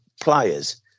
players